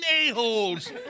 a-holes